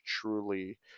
truly